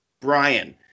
Brian